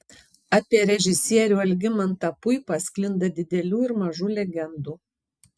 apie režisierių algimantą puipą sklinda didelių ir mažų legendų